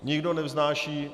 Nikdo nevznáší...